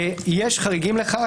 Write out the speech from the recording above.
יש חריגים לכך.